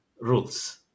rules